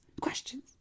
questions